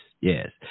Yes